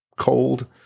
cold